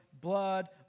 blood